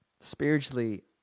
spiritually